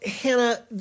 Hannah